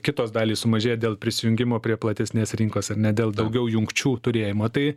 kitos dalys sumažėja dėl prisijungimo prie platesnės rinkos ar ne dėl daugiau jungčių turėjimo tai